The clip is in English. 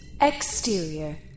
Exterior